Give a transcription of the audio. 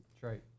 right